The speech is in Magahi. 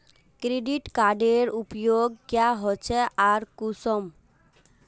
क्रेडिट कार्डेर उपयोग क्याँ होचे आर कुंसम?